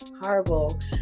horrible